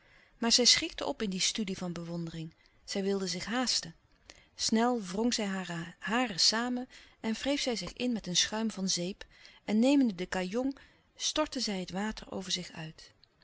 maar zij schrikte op in die studie van bewondering zij wilde zich haasten snel wrong zij hare haren samen en wreef zij zich in met een schuim van zeep en nemende de gajong stortte zij het water over zich uit